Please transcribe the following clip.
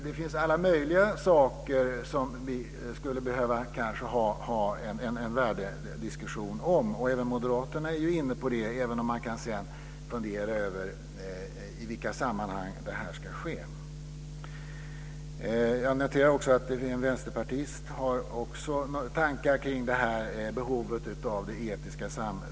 Det finns alla möjliga saker som vi kanske skulle behöva ha en värdediskussion om. Även moderaterna är inne på det även om man kan fundera över i vilka sammanhang detta ska ske. Jag noterar också att en vänsterpartist har tankar kring detta behov av det etiska samtalet.